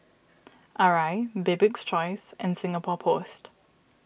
Arai Bibik's Choice and Singapore Post